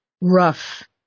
rough